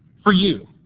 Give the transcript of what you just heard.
for you.